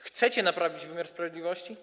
Chcecie naprawić wymiar sprawiedliwości?